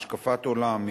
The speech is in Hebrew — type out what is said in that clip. השקפת עולם,